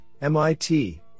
MIT